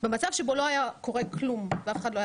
במצב שבו לא היה קורה כלום ואף אחד לא היה